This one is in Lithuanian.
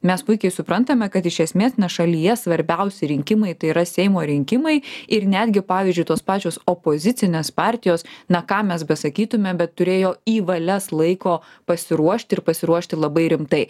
mes puikiai suprantame kad iš esmės šalyje svarbiausi rinkimai tai yra seimo rinkimai ir netgi pavyzdžiui tos pačios opozicinės partijos na ką mes besakytume bet turėjo į valias laiko pasiruošti ir pasiruošti labai rimtai